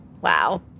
Wow